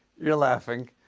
you're laughing.